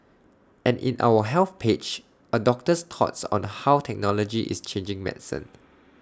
and in our health page A doctor's thoughts on the how technology is changing medicine